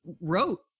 wrote